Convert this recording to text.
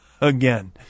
again